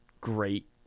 great